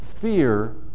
fear